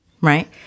right